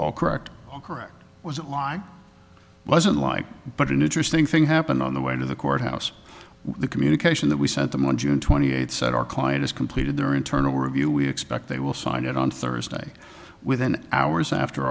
all correct all correct was a lie doesn't lie but an interesting thing happened on the way to the courthouse the communication that we sent them on june twenty eighth said our client is completed their internal review we expect they will sign it on thursday within hours after